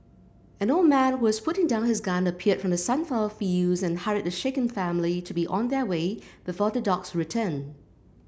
an old man who was putting down his gun appeared from the sunflower fields and hurried the shaken family to be on their way before the dogs return